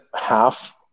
half